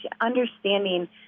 understanding